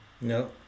no